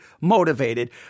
motivated